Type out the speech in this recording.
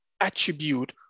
attribute